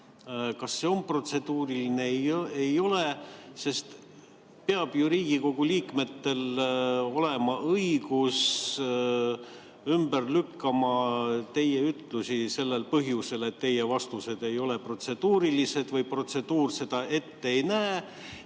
kas see on protseduuriline või ei ole, sest peab ju Riigikogu liikmetel olema õigus ümber lükata teie ütlusi sellel põhjusel, et teie vastused ei ole protseduurilised või protseduur seda ette ei näe.